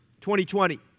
2020